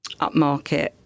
upmarket